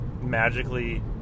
magically